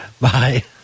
Bye